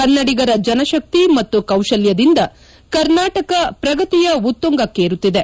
ಕನ್ನಡಿಗರ ಜನ ಶಕ್ತಿ ಮತ್ತು ಕೌಶಲ್ಖದಿಂದ ಕರ್ನಾಟಕ ಪ್ರಗತಿಯ ಉತ್ತುಂಗಕ್ಷೇರುತ್ತಿದೆ